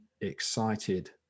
excited